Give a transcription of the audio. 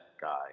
guy